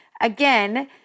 Again